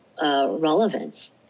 relevance